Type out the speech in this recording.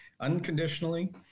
unconditionally